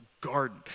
garden